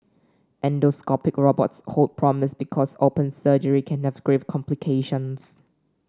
endoscopic robots hold promise because open surgery can have grave complications